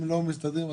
לא.